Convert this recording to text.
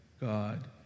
God